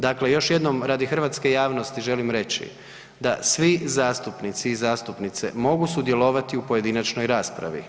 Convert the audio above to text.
Dakle, još jednom radi hrvatske javnosti želim reći da svi zastupnici i zastupnice mogu sudjelovati u pojedinačnoj raspravi.